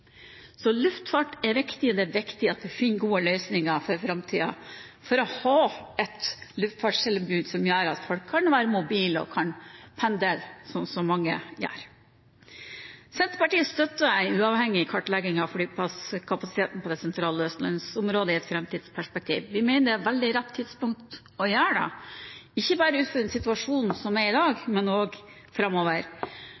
Så luftfart er viktig, og det er viktig at vi finner gode løsninger for framtiden for å ha et luftfartstilbud som gjør at folk kan være mobile og kan pendle, slik mange gjør. Senterpartiet støtter en uavhengig kartlegging av flyplasskapasiteten på det sentrale Østlandsområdet i et framtidsperspektiv. Vi mener det er veldig rett tidspunkt å gjøre det på, ikke bare ut fra den situasjonen som er i dag,